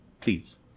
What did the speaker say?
please